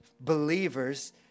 believers